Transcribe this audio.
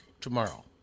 tomorrow